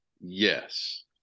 yes